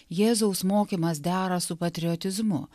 jėzaus mokymas dera su patriotizmu